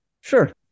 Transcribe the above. Sure